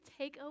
Takeover